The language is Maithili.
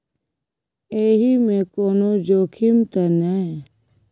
एहि मे कोनो जोखिम त नय?